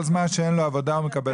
כל זמן שאין לו עבודה, הוא מקבל.